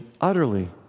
utterly